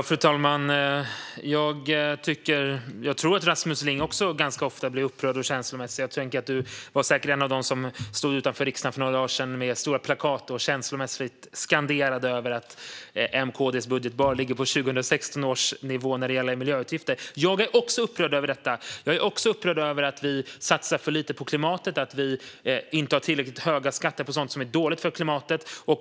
Fru talman! Jag tror att även Rasmus Ling ganska ofta blir upprörd och känslomässig. Du var säkert en av dem som stod utanför riksdagen för några dagar sedan med stora plakat och känslomässigt skanderade om att M:s och KD:s budget bara ligger på 2016 års nivå när det gäller miljöavgifter, Rasmus. Jag är också upprörd över detta. Jag är också upprörd över att vi satsar för lite på klimatet och att vi inte har tillräckligt höga skatter på sådant som är dåligt för klimatet.